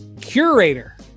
curator